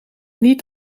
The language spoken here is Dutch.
niet